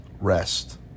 rest